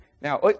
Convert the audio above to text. Now